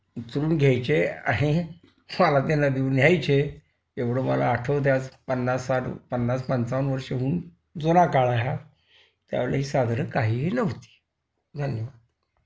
उचलून घ्यायचे आणि मला ते नदीवर न्यायचे एवढं मला आठवतं आहे आज पन्नास साठ पन्नास पंचावन्न वर्षाहून जुना काळ आहे हा त्यावेळी ही साधनं काहीही नव्हती धन्यवाद